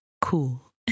cool